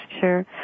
Sure